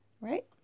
right